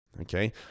okay